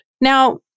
Now